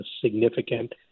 significant